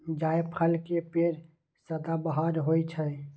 जायफल के पेड़ सदाबहार होइ छै